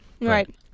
right